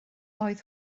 oedd